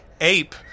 ape